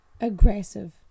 aggressive